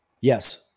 Yes